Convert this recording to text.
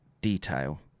detail